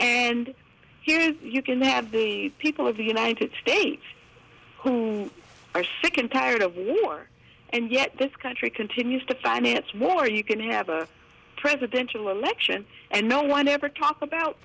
and you can have the people of the united states who are sick and tired of war and yet this country continues to finance war you can have a presidential election and no one ever talk about